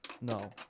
no